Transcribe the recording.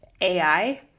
ai